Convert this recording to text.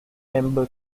member